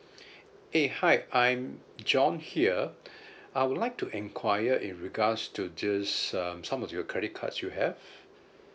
eh hi I'm john here I would like to enquire in regards to just um some of your credit cards you have